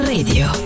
Radio